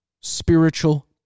spiritual